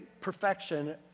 perfection